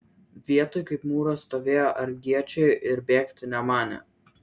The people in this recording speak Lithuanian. vietoj kaip mūras stovėjo argiečiai ir bėgti nemanė